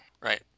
Right